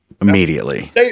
immediately